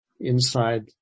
inside